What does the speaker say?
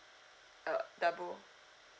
uh double